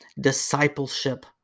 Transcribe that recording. discipleship